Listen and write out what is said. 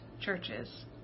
churches